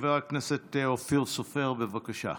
חבר הכנסת אופיר סופר, בבקשה.